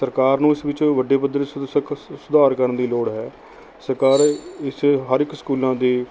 ਸਰਕਾਰ ਨੂੰ ਇਸ ਵਿੱਚ ਵੱਡੇ ਪੱਧਰ ਸੁ ਸਕ ਸੁ ਸੁਧਾਰ ਕਰਨ ਦੀ ਲੋੜ ਹੈ ਸਰਕਾਰ ਇਸ ਹਰ ਇੱਕ ਸਕੂਲਾਂ ਦੇ